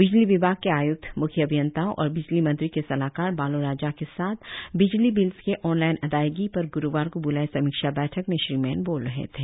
बिजली विभाग के आय्क्त म्ख्य अभियंताओं और बिजली मंत्री के सलाहकार बालो राजा के साथ बिजली बिल्स के ऑनलाईन अदायगी पर गुरुवार को बुलाए समीक्षा बैठक में श्री मैन बोल रहे थे